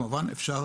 כמובן שאפשר